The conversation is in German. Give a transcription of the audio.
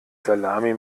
salami